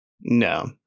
no